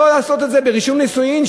לא לעשות את זה ברישום נישואין,